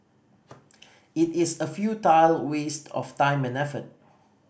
it is a futile waste of time and effort